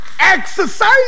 Exercise